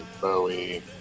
Bowie